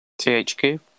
THQ